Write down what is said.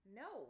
no